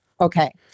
okay